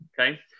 Okay